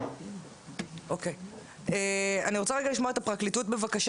אני רוצה לשאול את הפרקליטות בבקשה.